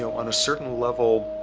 so on a certain level